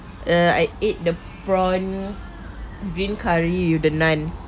err I ate the prawn green curry you the naan